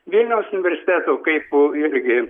vilniaus universiteto kaip irgi